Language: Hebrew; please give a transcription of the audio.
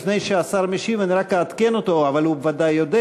לפני שהשר משיב אני רק אעדכן אותו, אבל